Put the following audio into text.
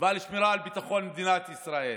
ועל שמירה על ביטחון מדינת ישראל.